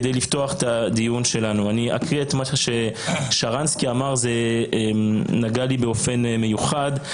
הדברים ששרנסקי אמר נגעו בי באופן מיוחד.